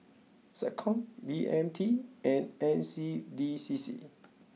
SecCom B M T and N C D C C